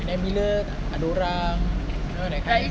and bila ada orang you know that kind